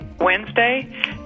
Wednesday